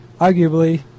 arguably